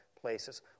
places